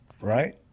Right